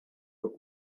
but